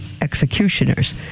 executioners